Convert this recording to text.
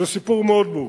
זה סיפור מאוד מורכב.